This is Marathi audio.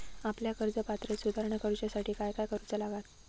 आपल्या कर्ज पात्रतेत सुधारणा करुच्यासाठी काय काय करूचा लागता?